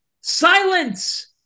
silence